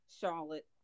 charlotte